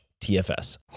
TFS